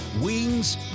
wings